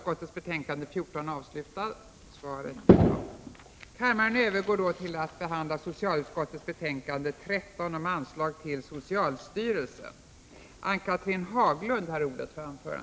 Kammaren övergår nu till att debattera socialutskottets betänkande 13 om anslag till Socialstyrelsen m.m.